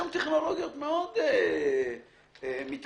טכנולוגיות מאוד מתקדמות.